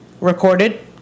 recorded